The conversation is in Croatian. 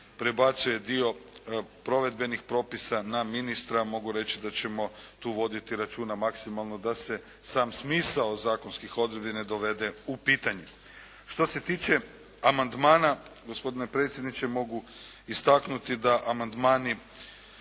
prebacuje dio provedbenih propisa na ministra, mogu reći da ćemo tu voditi računa maksimalno da se sam smisao zakonskih odredbi ne dovede u pitanje. Što se tiče amandmana, gospodine predsjedniče, mogu istaknuti da amandmani